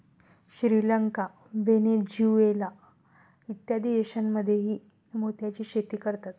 Sri Lanka, Venezuela इत्यादी देशांमध्येही मोत्याची शेती करतात